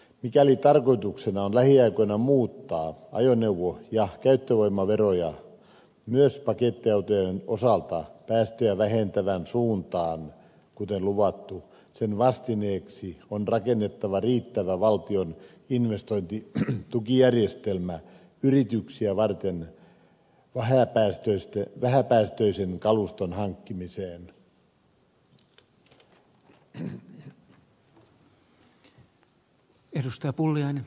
mikäli tarkoituksena on lähiaikoina muuttaa ajoneuvo ja käyttövoimaveroja myös pakettiautojen osalta päästöjä vähentävään suuntaan kuten luvattu sen vastineeksi on rakennettava riittävä valtion investointitukijärjestelmä yrityksiä varten vähäpäästöisen kaluston hankkimiseen